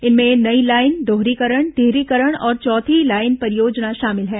इनमें नई लाइन दोहरीकरण तीहरीकरण और चौथी लाइन परियोजना शामिल हैं